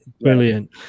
brilliant